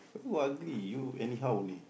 who ugly you anyhow only